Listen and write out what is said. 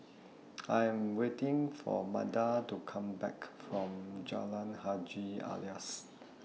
I Am waiting For Manda to Come Back from Jalan Haji Alias